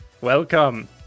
Welcome